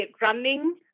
running